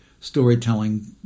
storytelling